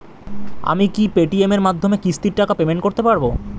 আমি কি Paytm এর মাধ্যমে কিস্তির টাকা পেমেন্ট করতে পারব?